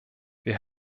wir